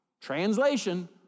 Translation